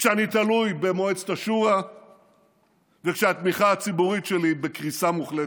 כשאני תלוי במועצת השורא וכשהתמיכה הציבורית שלי בקריסה מוחלטת.